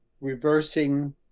reversing